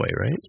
right